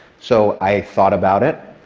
so i thought about it,